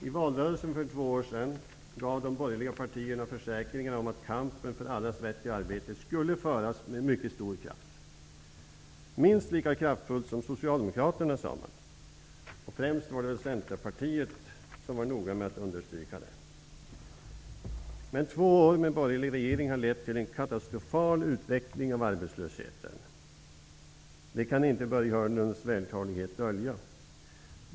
I valrörelsen för två år sedan gav de borgerliga partierna försäkringar om att kampen för allas rätt till arbete skulle föras med mycket stor kraft -- minst lika kraftfullt som av Socialdemokraterna sade man. Främst var Centerpartiet noga med att understryka det. Men två år med borgerlig regering har lett till en katastrofal utveckling av arbetslösheten. Det kan inte Börje Hörnlunds vältalighet dölja.